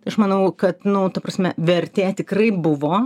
tai aš manau kad nu ta prasme vertė tikrai buvo